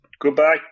Goodbye